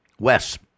Wes